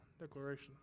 declaration